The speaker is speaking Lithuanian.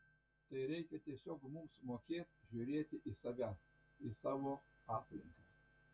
tai reikia tiesiog mums mokėt žiūrėti į save į savo aplinką